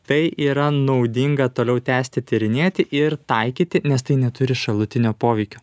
tai yra naudinga toliau tęsti tyrinėti ir taikyti nes tai neturi šalutinio poveikio